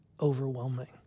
overwhelming